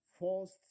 first